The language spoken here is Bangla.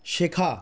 শেখা